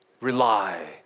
Rely